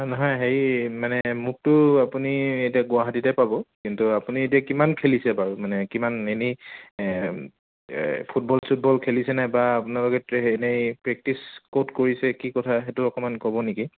নহয় হেৰি মানে মোকতো আপুনি এতিয়া গুৱাহাটীতে পাব কিন্তু আপুনি এতিয়া কিমান খেলিছে বাৰু মানে কিমান এনেই ফুটবল চুটবল খেলিছে নাই বা আপোনালোকে সেই এনেই প্ৰেকটিচ ক'ত কৰিছে কি কথা সেইটো অকণমান ক'ব নেকি